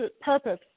purpose